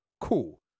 Cool